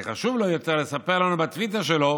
היה חשוב לו יותר לספר לנו בטוויטר שלו